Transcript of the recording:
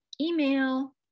email